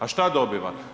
A što dobiva?